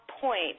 point